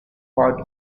part